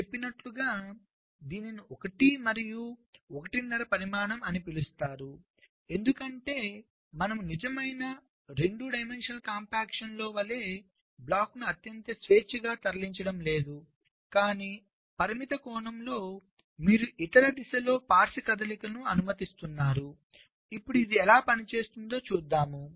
నేను చెప్పినట్లుగా దీనిని 1 మరియు ఒకటిన్నర పరిమాణం అని పిలుస్తారు ఎందుకంటే మనము నిజమైన 2 డైమెన్షనల్ కాంపాక్షన్స్లో వలె బ్లాక్లను అంత స్వేచ్ఛగా తరలించడం లేదు కానీ పరిమిత కోణంలో మీరు ఇతర దిశలో పార్శ్వ కదలికలను అనుమతిస్తున్నారు ఇప్పుడుఇది ఎలా పనిచేస్తుందో చూద్దాం